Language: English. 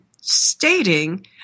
stating